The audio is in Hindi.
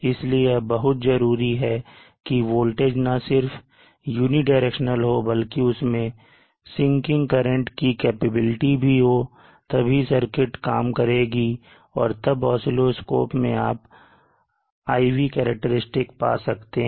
इसलिए यह बहुत जरूरी है कि वोल्टेज ना सिर्फ यूनिडायरेक्शनल हो बल्कि उसमें sinking current की कैपेबिलिटी भी हो तभी सर्किट काम करेगी और तब oscilloscope मैं आप IV करैक्टेरिस्टिक्स पा सकते हैं